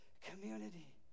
community